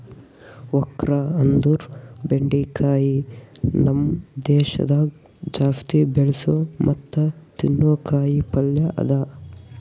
okra ಅಂದುರ್ ಬೆಂಡಿಕಾಯಿ ನಮ್ ದೇಶದಾಗ್ ಜಾಸ್ತಿ ಬೆಳಸೋ ಮತ್ತ ತಿನ್ನೋ ಕಾಯಿ ಪಲ್ಯ ಅದಾ